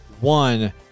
one